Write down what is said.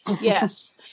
Yes